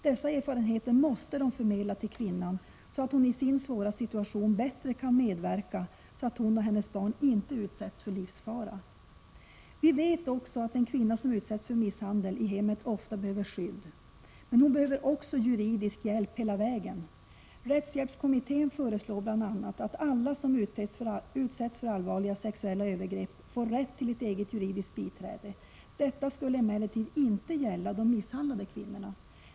Dessa erfarenheter måste de förmedla till kvinnan, så att hon i sin svåra situation bättre kan medverka till att hon och hennes barn inte utsätts för livsfara. Vi vet att en kvinna som utsätts för misshandel i hemmet ofta behöver skydd. Men hon behöver också juridisk hjälp hela vägen. Rättshjälpskommittén föreslår bl.a. att alla som utsatts för allvarliga sexuella övergrepp får rätt till ett eget juridiskt biträde. Detta skulle emellertid inte gälla de misshandlade kvinnorna.